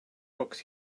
books